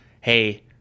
hey